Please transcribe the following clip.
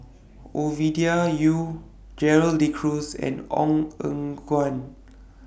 Ovidia Yu Gerald De Cruz and Ong Eng Guan